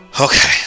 okay